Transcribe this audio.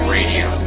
Radio